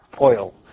oil